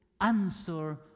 answer